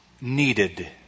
needed